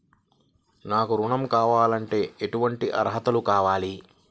నాకు ఋణం కావాలంటే ఏటువంటి అర్హతలు కావాలి?